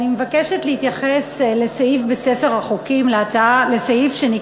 אני מבקשת להתייחס לסעיף בספר החוקים שנקרא: